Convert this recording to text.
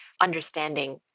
understanding